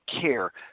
care